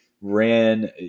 ran